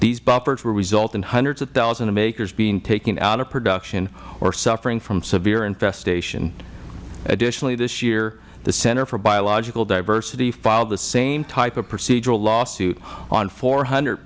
these buffers will result in hundreds of thousands of acres being taken out of production or suffering from severe infestation additionally this year the center of biological diversity filed the same type of procedural lawsuit on four hundred